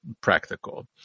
practical